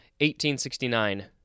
1869